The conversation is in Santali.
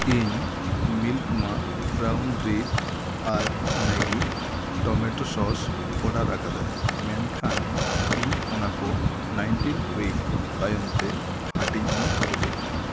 ᱤᱧ ᱢᱤᱞᱠ ᱢᱟ ᱵᱨᱟᱣᱩᱱ ᱵᱨᱮᱰ ᱟᱨ ᱢᱮᱜᱤ ᱴᱚᱢᱮᱴᱳ ᱥᱚᱥ ᱚᱰᱟᱨ ᱟᱠᱟᱫᱟ ᱢᱮᱱᱠᱷᱟᱱ ᱤᱧ ᱚᱱᱟ ᱠᱚ ᱱᱟᱭᱤᱱᱴᱤᱱ ᱩᱭᱤᱠ ᱛᱟᱭᱚᱢ ᱛᱮ ᱦᱟᱹᱴᱤᱧ ᱤᱧ ᱠᱷᱚᱡᱚᱜ ᱠᱟᱱᱟ